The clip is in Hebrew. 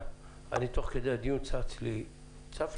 תוך כדי הדיון צף לי רעיון.